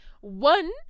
One